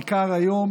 בעיקר היום,